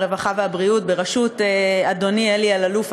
הרווחה והבריאות בראשות אדוני אלי אלאלוף,